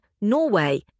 Norway